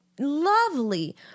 lovely